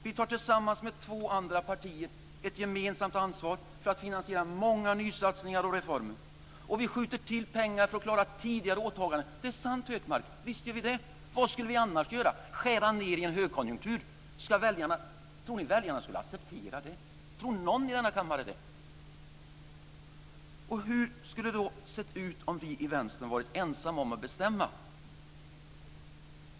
Vi tar tillsammans med två andra partier ett gemensamt ansvar för att finansiera många nysatsningar och reformer. Och vi skjuter till pengar för att klara tidigare åtaganden. Det är sant, Hökmark. Visst gör vi det! Vad skulle vi annars göra? Skulle vi skära ned i en högkonjunktur? Tror ni att väljarna skulle acceptera det? Tror någon i denna kammare det? Hur skulle det ha sett ut om vi i Vänstern varit ensamma om att bestämma?